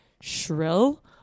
shrill